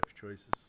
choices